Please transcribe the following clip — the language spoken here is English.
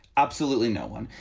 absolutely no one.